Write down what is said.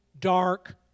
dark